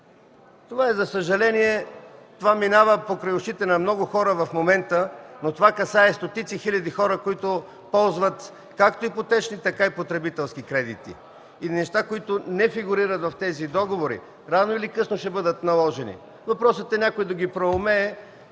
За съжаление това минава покрай ушите на много хора в момента, но то касае стотици хиляди хора, които ползват както ипотечни, така и потребителски кредити. Нещата, които не фигурират в тези договори, рано или късно ще бъдат наложени. Въпросът е някой да ги проумее